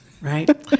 right